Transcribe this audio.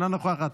אינה נוכחת,